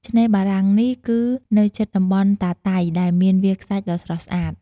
ឆ្នេរបារាំងនេះគឺនៅជិតតំបន់តាតៃ ដែលមានវាលខ្សាច់ដ៏ស្រស់ស្អាត។